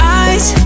eyes